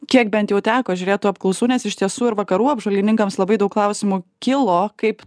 tiek bent jau teko žiūrėt tų apklausų nes iš tiesų ir vakarų apžvalgininkams labai daug klausimų kilo kaip